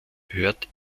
hört